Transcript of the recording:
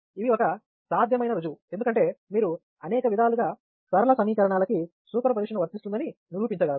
ఇవి ఒక సాధ్యమైన రుజువు ఎందుకంటే మీరు అనేక విధాలుగా సరళ సమీకరణాల కి సూపర్పొజిషన్ వరిస్తుందని నిరూపించగలరు